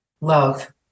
Love